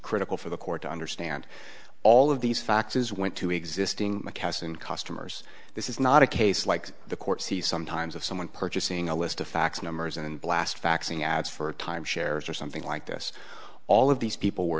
critical for the court to understand all of these faxes went to existing mckesson customers this is not a case like the court sees sometimes of someone purchasing a list of fax numbers and blast faxing ads for timeshares or something like this all of these people were